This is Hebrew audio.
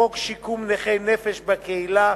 חוק שיקום נכי נפש בקהילה,